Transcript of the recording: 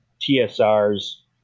TSR's